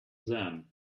them